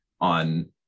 on